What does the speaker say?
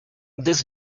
this